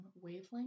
wavelength